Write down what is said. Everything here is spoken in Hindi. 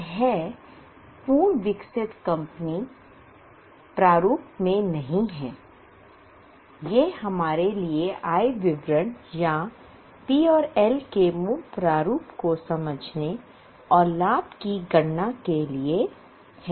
यह पूर्ण विकसित कंपनी प्रारूप में नहीं है यह हमारे लिए आय विवरण या पी और एल के मूल प्रारूप को समझने और लाभ की गणना करने के लिए है